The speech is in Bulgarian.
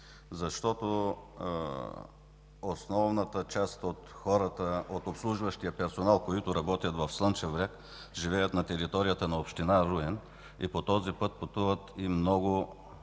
Основната част от хората от обслужващия персонал, които работят в Слънчев бряг, живеят на територията на община Руен и по този път пътуват много